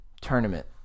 tournament